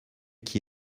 qui